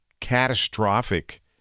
catastrophic